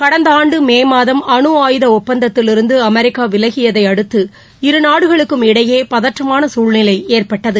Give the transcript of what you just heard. கடந்த ஆண்டு மே மாதம் அணு ஆயுத ஒப்பந்தத்திலிருந்து அமெரிக்கா விலகியதை அடுத்து இரு நாடுகளுக்கும் இடையே பதற்றமான சூழ்நிலை ஏற்பட்டது